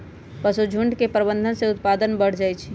पशुझुण्ड के प्रबंधन से उत्पादन बढ़ जाइ छइ